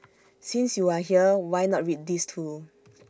since you are here why not read these too